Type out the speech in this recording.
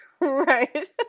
Right